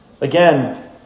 Again